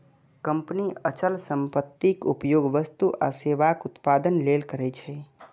company अचल संपत्तिक उपयोग वस्तु आ सेवाक उत्पादन लेल करै छै